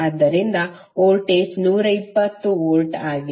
ಆದ್ದರಿಂದ voltage 120 volt ಆಗಿದೆ